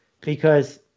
because-